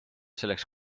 selleks